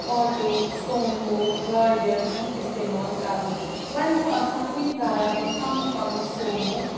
auto Sumo گاڑٮ۪ن ہُنٛد اِستعمال کَرُن وۅنۍ چھُ آسان کُنہِ گرس منٛز پَنُن پَنُن سوموٗ